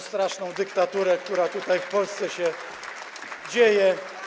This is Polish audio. straszną dyktaturę, która tutaj w Polsce się dzieje.